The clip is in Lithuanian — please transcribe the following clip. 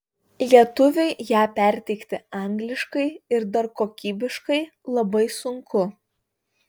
lietuviui ją perteikti angliškai ir dar kokybiškai labai sunku